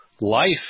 life